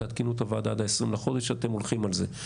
תעדכנו את הוועדה עד ה-20 בחודש שאתם הולכים על זה.